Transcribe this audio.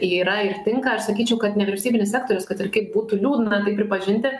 yra ir tinka aš sakyčiau kad nevyriausybinis sektorius kad ir kaip būtų liūdna tai pripažinti